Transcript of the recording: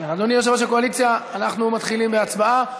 אדוני יושב-ראש הקואליציה, אנחנו מתחילים בהצבעה.